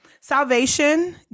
Salvation